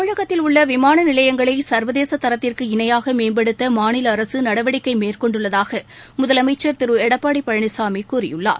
தமிழகத்தில் உள்ள விமான நிலையங்களை சர்வதேச தரத்திற்கு இணையாக மேம்படுத்த மாநில அரசு நடவடிக்கை மேற்கொண்டுள்ளதாக முதலமைச்சர் திரு எடப்பாடி பழனிசாமி கூறியுள்ளார்